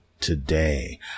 today